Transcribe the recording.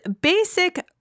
basic